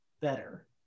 better